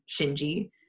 Shinji